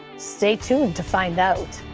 stay tuned to find out.